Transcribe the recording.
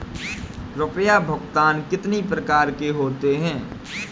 रुपया भुगतान कितनी प्रकार के होते हैं?